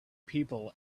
people